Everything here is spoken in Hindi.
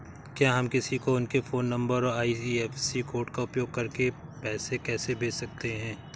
क्या हम किसी को उनके फोन नंबर और आई.एफ.एस.सी कोड का उपयोग करके पैसे कैसे भेज सकते हैं?